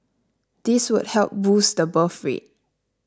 this would help boost the birth rate